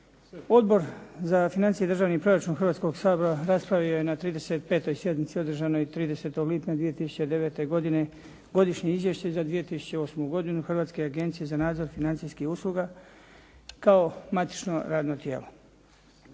Odbor za financije i državni proračun Hrvatskoga sabora raspravio je na 35. sjednici održanoj 30. lipnja 2009. godine Godišnje izvješće za 2008. godinu Hrvatske agencije za nadzor financijskih usluga kao matično radno tijelo.